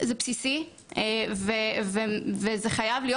זה בסיסי וזה חייב להיות.